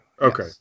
Okay